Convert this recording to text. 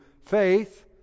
faith